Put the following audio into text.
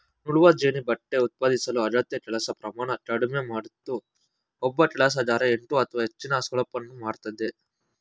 ನೂಲುವಜೆನ್ನಿ ಬಟ್ಟೆ ಉತ್ಪಾದಿಸಲು ಅಗತ್ಯ ಕೆಲಸ ಪ್ರಮಾಣ ಕಡಿಮೆ ಮಾಡಿತು ಒಬ್ಬ ಕೆಲಸಗಾರ ಎಂಟು ಅಥವಾ ಹೆಚ್ಚಿನ ಸ್ಪೂಲನ್ನು ಮಾಡ್ತದೆ